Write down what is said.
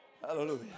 hallelujah